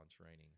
training